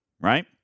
right